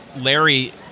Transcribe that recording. Larry